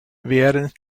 während